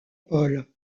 paul